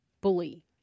bully